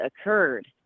occurred